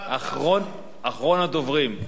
אחרון הדוברים.